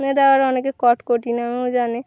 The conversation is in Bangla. এটা আবার অনেকে কটকটি নামেও জানে